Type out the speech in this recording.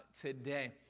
today